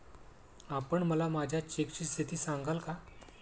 आपण मला माझ्या चेकची स्थिती सांगाल का?